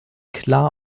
klar